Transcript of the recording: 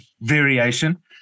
variation